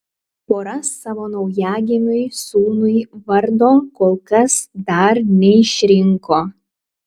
pora savo naujagimiui sūnui vardo kol kas dar neišrinko